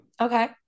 Okay